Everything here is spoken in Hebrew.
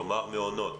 כלומר, מעונות?